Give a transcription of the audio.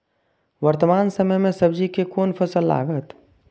वर्तमान समय में सब्जी के कोन फसल लागत?